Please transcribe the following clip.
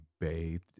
bathed